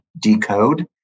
decode